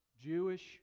Jewish